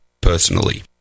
personally